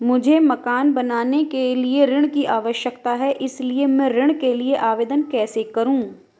मुझे मकान बनाने के लिए ऋण की आवश्यकता है इसलिए मैं ऋण के लिए आवेदन कैसे करूं?